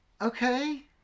okay